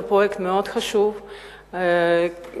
זה פרויקט חשוב מאוד.